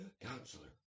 counselor